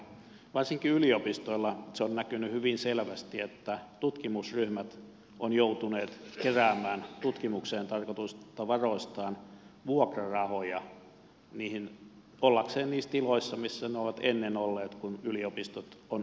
varsinkin yliopistoilla se on näkynyt hyvin selvästi että tutkimusryhmät ovat joutuneet keräämään tutkimukseen tarkoitetuista varoistaan vuokrarahoja ollakseen niissä tiloissa missä ne ovat ennen olleet kun yliopistot ovat omistaneet tilat